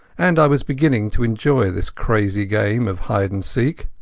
and i was beginning to enjoy this crazy game of hide-and-seek.